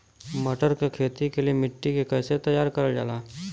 मटर की खेती के लिए मिट्टी के कैसे तैयार करल जाला?